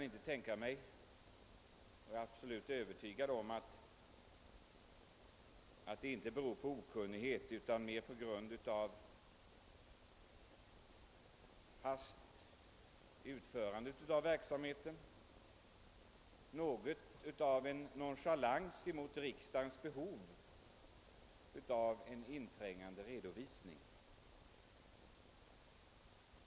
Jag är övertygad om att det inte beror på okunnighet, utan mer på att verksamheten bedrivs i hast — det är något av en nonchalans mot riksdagens behov av inträngande redovisning.